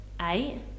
eight